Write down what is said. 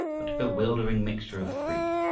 but a bewildering mixture of three.